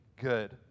good